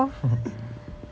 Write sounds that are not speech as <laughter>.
<laughs>